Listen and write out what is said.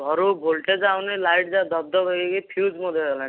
ଘରୁ ଭୋଲଟେଜ୍ ଆଉନି ଲାଇଟ୍ ଯାକ ଦବ୍ ଦବ୍ ହେଇକି ଫିଉଜ୍ ମଧ୍ୟ ହେଲାଣି